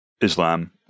Islam